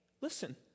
listen